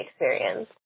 experience